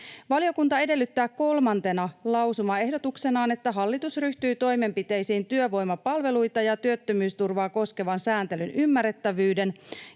Valiokunta edellyttää kolmantena lausumaehdotuksenaan, että hallitus ryhtyy toimenpiteisiin työvoimapalveluita ja työttömyysturvaa koskevan sääntelyn ymmärrettävyyden